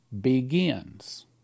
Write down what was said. begins